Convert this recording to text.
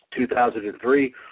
2003